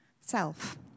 self